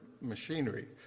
machinery